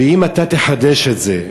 ואם אתה תחדש את זה,